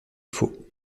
faut